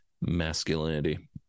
masculinity